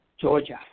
Georgia